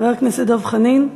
חבר הכנסת דב חנין,